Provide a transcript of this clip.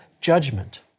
judgment